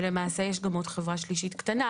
כשלמעשה יש גם עוד חברה שלישית קטנה,